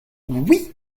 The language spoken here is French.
oui